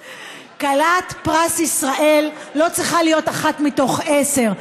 כלת פרס ישראל לא צריכה להיות אחת מתוך עשרה.